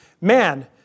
Man